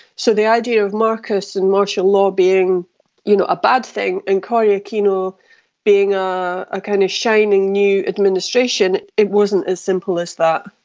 so the idea of marcos and martial law being you know a bad thing and cory aquino being a ah kind of shining new administration, it wasn't as simple as that,